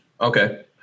Okay